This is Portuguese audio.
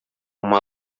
uma